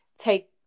take